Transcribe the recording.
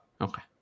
okay